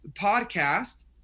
podcast